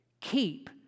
Keep